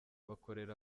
bakorera